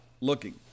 looking